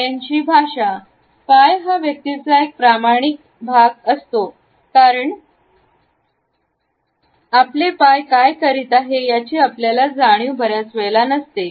पायांची भाषा पाय हा त्या व्यक्तीचा एक प्रामाणिक बघतो कारण द्यायला आपले पाय करीत आहे याची आपल्याला जाणीव नसते